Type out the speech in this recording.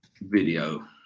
Video